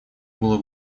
было